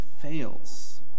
fails